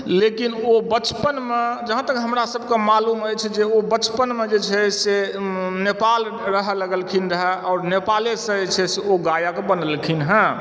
लेकिन ओ बचपनमे जहाँ तक के हमरा सबके मालुम अछि जे ओ बचपनमे जे छै से नेपालमे रहय लगलखिन रह और नेपालेसँ जे छै से ओ गायक बनलखिन हँ